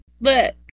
look